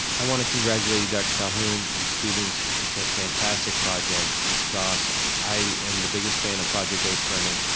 i wanna congratulate you, dr. calhoun, you students. it's a fantastic project. ms. goss, i am the biggest fan of project based learning.